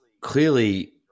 clearly